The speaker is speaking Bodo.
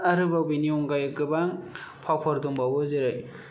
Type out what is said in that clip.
आरोबाव बेनि अनगायै गोबां फावफोर दंबावो जेरै